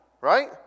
right